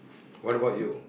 what about you